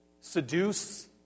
seduce